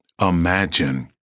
imagine